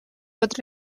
pot